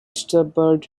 suburb